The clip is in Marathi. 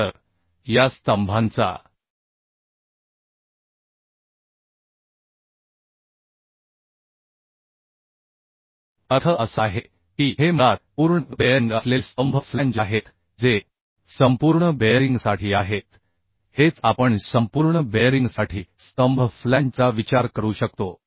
तर या स्तंभांचा अर्थ असा आहे की हे मुळात पूर्ण बेअरिंग असलेले स्तंभ फ्लॅंज आहेत जे संपूर्ण बेअरिंगसाठी आहेत हेच आपण संपूर्ण बेअरिंगसाठी स्तंभ फ्लॅंजचा विचार करू शकतो